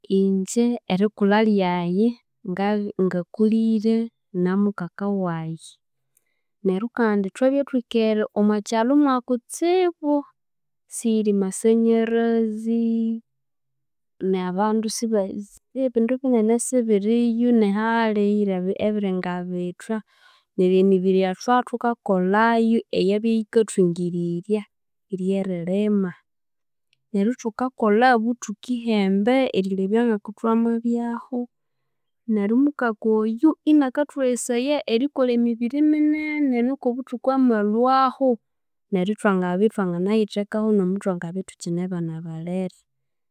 Ingye erikulha lyaghe nga- ngakulire n'amukaka wayi, neryo kandi thwabya thwikere omo kyalhu mwakutsiibu, siyiri masenyerezi, n'abandu siba ebindu binene isibiriyo inihali iyiri ebi ebiringa bithwa, neryo emibiri eyathwaa thukakolhayo eyabya yikathwingirirya ly'eririma, neryo ithukakolha buthuku ihembe erilhebya ng'okuthwamabyahu, neryo mukaka oyu inakathweghesaya erikolha emibiri minene nuko obuthuku amalhwaho neryo ithwangabya ithwanganayithekaho n'omuthwangabya ithukine bana balhere.